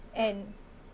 and